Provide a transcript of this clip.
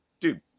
dude